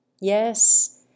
Yes